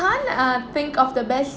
can't think of the best